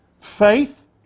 Faith